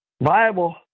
Viable